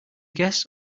guests